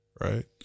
Right